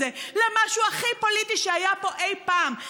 הזה למשהו הכי פוליטי שהיה פה אי-פעם?